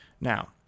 Now